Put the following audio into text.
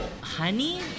honey